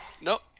nope